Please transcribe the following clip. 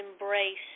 embrace